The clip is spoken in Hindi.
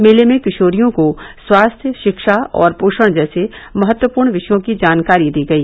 मेले में किशोरियों को स्वास्थ्य शिक्षा और पोषण जैसे महत्वपूर्ण विषयों की जानकारी दी गई